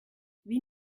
wie